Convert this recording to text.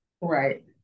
Right